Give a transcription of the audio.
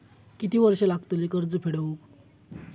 किती वर्षे लागतली कर्ज फेड होऊक?